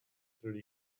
through